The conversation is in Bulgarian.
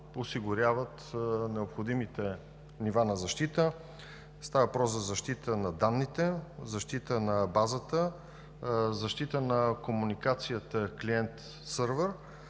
осигуряват необходимите нива на защита – става въпрос за защита на данните, защита на базата, на комуникацията клиент-сървър,